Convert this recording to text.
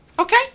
okay